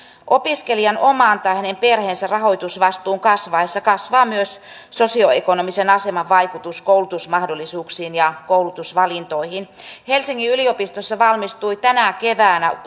opiskelijan oman tai hänen perheensä rahoitusvastuun kasvaessa kasvaa myös sosioekonomisen aseman vaikutus koulutusmahdollisuuksiin ja koulutusvalintoihin helsingin yliopistossa valmistui tänä keväänä